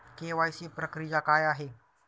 KYC प्रक्रिया काय आहे?